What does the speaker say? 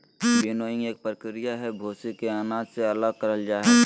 winnowing एक प्रक्रिया हई, भूसी के अनाज से अलग करल जा हई